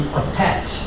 attach